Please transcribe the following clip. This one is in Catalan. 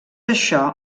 això